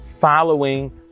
Following